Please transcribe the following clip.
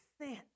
sin